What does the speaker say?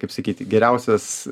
kaip sakyti geriausias